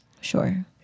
Sure